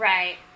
Right